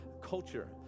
culture